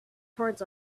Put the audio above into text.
towards